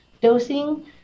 dosing